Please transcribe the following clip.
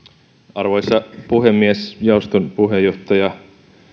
arvoisa puhemies jaoston puheenjohtaja